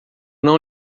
não